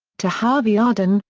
to harvey arden,